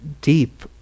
deep